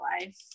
life